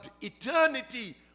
eternity